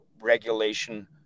regulation